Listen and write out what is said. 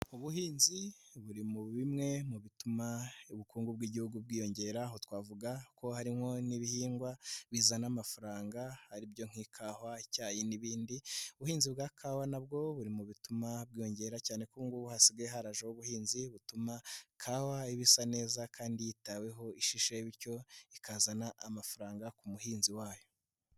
Ubuhinzi buri muri bimwe mu bituma ubukungu bw'igihugu bwiyongera, aho twavuga ko harimo n'ibihingwa bizana amafaranga aribyo'kawa, icyayi n'ibindi, ubuhinzi bwa kawa nabwo buri mu bituma bwiyongera cyane ko ngo hasigaye harajeho ubuhinzi butuma kawa iba isa neza, kandi yitaweho ishishe, bityo ikazana amafaranga ku muhinzi wayo.